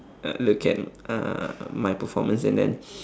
uh look at uh my performance and then